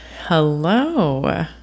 Hello